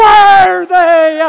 Worthy